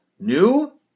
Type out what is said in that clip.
New